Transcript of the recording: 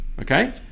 Okay